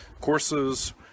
Courses